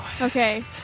Okay